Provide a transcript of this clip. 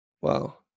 wow